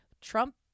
Trump